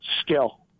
skill